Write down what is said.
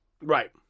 Right